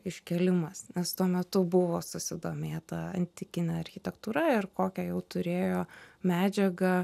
iškėlimas nes tuo metu buvo susidomėta antikine architektūra ir kokią jau turėjo medžiagą